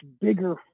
bigger